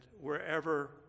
wherever